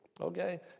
Okay